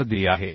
4 दिली आहे